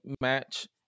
match